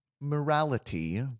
Morality